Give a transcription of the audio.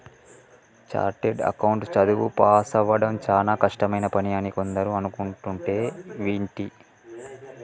chartered account చదువు పాసవ్వడం చానా కష్టమైన పని అని కొందరు అనుకుంటంటే వింటి